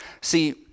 See